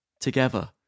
together